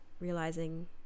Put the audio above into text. realizing